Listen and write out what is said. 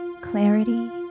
clarity